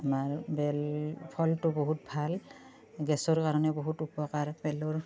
আমাৰ বেল ফলটো বহুত ভাল গেছৰ কাৰণে বহুত উপকাৰ বেলৰ